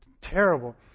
terrible